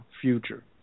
future